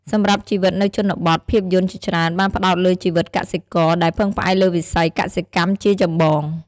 សម្រាប់ជីវិតនៅជនបទ ភាពយន្តជាច្រើនបានផ្តោតលើជីវិតកសិករ ដែលពឹងផ្អែកលើវិស័យកសិកម្មជាចម្បង ។